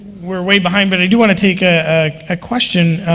we're way behind, but i do want to take a ah question